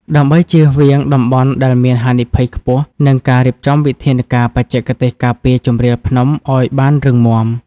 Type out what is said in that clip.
ដើម្បីជៀសវាងតំបន់ដែលមានហានិភ័យខ្ពស់ និងការរៀបចំវិធានការបច្ចេកទេសការពារជម្រាលភ្នំឱ្យបានរឹងមាំ។